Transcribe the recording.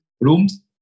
rooms